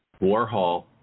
Warhol